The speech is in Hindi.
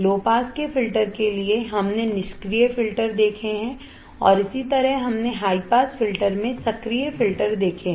लो पास के फिल्टर के लिए हमने निष्क्रिय फिल्टर देखे हैं और उसी तरह हमने हाई पास फ़िल्टर में सक्रिय फिल्टर देखे हैं